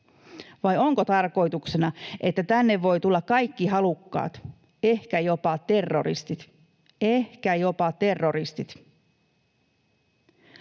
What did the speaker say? Vai onko tarkoituksena, että tänne voivat tulla kaikki halukkaat, ehkä jopa terroristit — ehkä jopa terroristit?